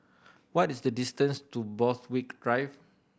what is the distance to Borthwick Drive